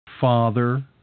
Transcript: Father